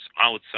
outside